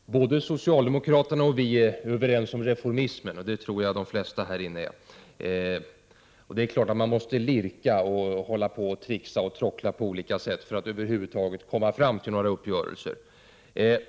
Herr talman! Socialdemokraterna och vi är överens om reformismen, och 13 december 1988 det tror jag att de flesta här inne är. Det är klart att man måste lirka och hålla på att tricksa och tråckla på olika sätt för att över huvud taget komma fram till några uppgörelser.